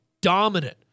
dominant